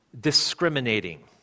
Discriminating